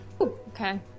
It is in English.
Okay